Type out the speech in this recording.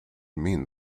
mean